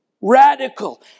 radical